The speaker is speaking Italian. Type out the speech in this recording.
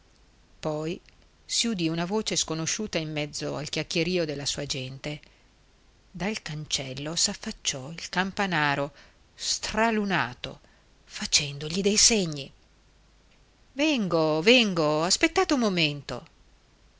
si udì una voce sconosciuta in mezzo al chiacchierìo della sua gente dal cancello s'affacciò il camparo stralunato facendogli dei segni vengo vengo aspettate un momento